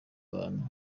abantu